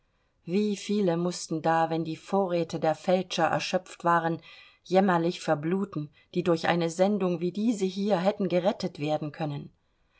wie viele mußten da wenn die vorräte der feldscherer erschöpft waren jämmerlich verbluten die durch eine sendung wie diese hier hätten gerettet werden können